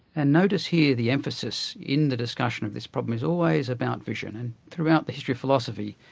and notice here, the emphasis in the discussion of this problem is always about vision and throughout the history of philosophy,